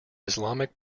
islamic